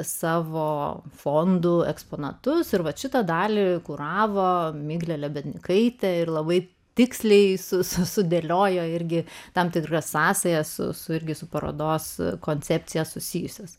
savo fondo eksponatus ir vat šitą dalį kuravo miglė lebednykaitė ir labai tiksliai sudėliojo irgi tam tikras sąsajas su irgi su parodos koncepcija susijusios